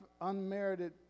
unmerited